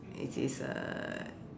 it is a